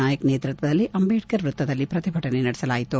ನಾಯಕ್ ನೇತೃತ್ವದಲ್ಲಿ ಅಂಬೇಡ್ಕರ್ ವೃತ್ತದಲ್ಲಿ ಪ್ರತಿಭಟನೆ ನಡೆಸಲಾಯಿತು